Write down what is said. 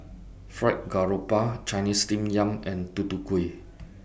Fried Garoupa Chinese Steamed Yam and Tutu Kueh